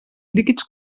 líquids